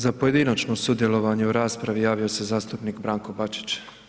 Za pojedinačno sudjelovanje u raspravi javio se zastupnik Branko Bačić.